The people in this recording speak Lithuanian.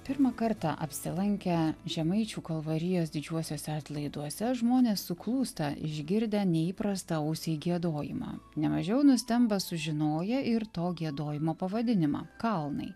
pirmą kartą apsilankę žemaičių kalvarijos didžiuosiuose atlaiduose žmonės suklūsta išgirdę neįprastą ausiai giedojimą nemažiau nustemba sužinoję ir to giedojimo pavadinimą kalnai